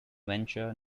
venture